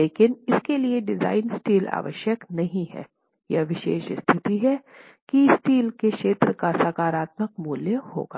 लेकिन इसके लिए डिज़ाइन स्टील आवश्यक नहीं है यह विशेष स्थिति है कि स्टील के क्षेत्र का नकारात्मक मूल्य होगा